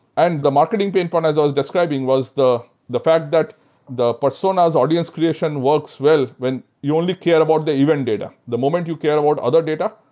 and the marketing pain point as i was describing was the the fact that the personas audience creation works well when you only care about the event data. the moment you care about other data,